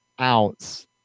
ounce